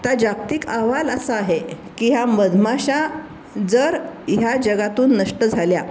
त्या जागतिक अहवाल असा आहे की ह्या मधमाशा जर ह्या जगातून नष्ट झाल्या